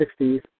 1960s